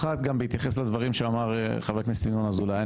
והראשונה גם בהתייחס לדברים שאמר חבר הכנסת ינון אזולאי.